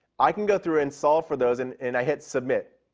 i can go through and solve for those, and and i hit submit.